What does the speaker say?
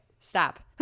Stop